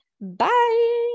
Bye